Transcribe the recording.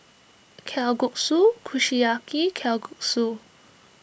Kalguksu Kushiyaki Kalguksu